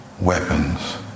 weapons